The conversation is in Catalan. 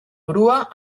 grua